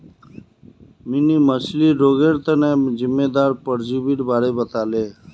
mini मछ्लीर रोगेर तना जिम्मेदार परजीवीर बारे बताले